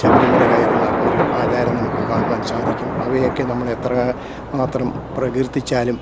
ശബരിമല കയറുന്ന ഒരു ആചാരം നമുക്ക് കാണുവാൻ സാധിക്കും അവയൊക്കെ നമ്മൾ എത്ര മാത്രം പ്രകീർത്തിച്ചാലും